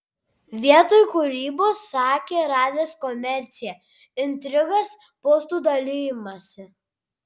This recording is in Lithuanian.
vietoj kūrybos sakė radęs komerciją intrigas postų dalijimąsi